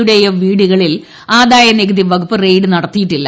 യുടെയോ വീടുകളിൽ ആദായനികുതി വകുപ്പ് റെയ്ഡ് നടത്തിയിട്ടില്ല